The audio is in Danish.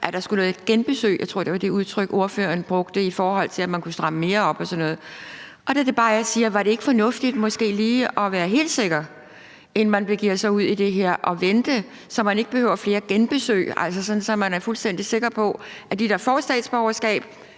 at der skulle nogle genbesøg til – jeg tror, det var det udtryk, ordføreren brugte – i forhold til om man kunne stramme mere op og sådan noget. Der er det bare, jeg spørger: Var det ikke fornuftigt måske lige at være helt sikker, inden man begiver sig ud i det her, og vente, så man ikke behøver flere genbesøg, altså så man er fuldstændig sikker i forhold til dem, der får statsborgerskab?